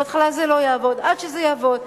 בהתחלה זה לא יעבוד, עד שזה יעבוד.